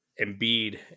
Embiid